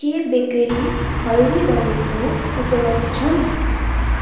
के बेकेरी हल्दी दलेको उपलब्ध छन्